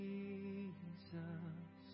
Jesus